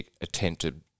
attempted